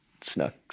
snuck